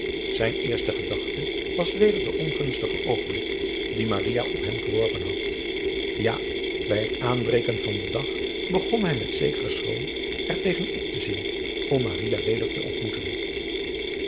zijne eerste gedachte was weder de ongunstige oogblik dien maria op hem geworpen had ja bij het aanbreken van den dag begon hij met zekeren schroom er tegen op te zien om maria weder te ontmoeten